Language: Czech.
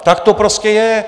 Tak to prostě je.